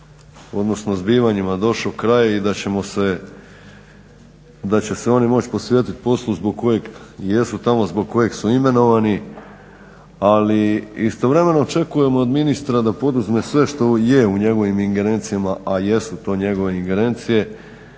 odnosno zbivanjima došao kraj i da će se oni moći posvetiti poslu zbog kojeg i jesu tamo, zbog kojeg su imenovani. Ali istovremeno očekujem od ministra da poduzme sve što je u njegovim ingerencijama, a jesu to njegove ingerencije,